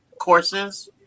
courses